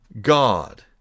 God